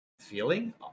feeling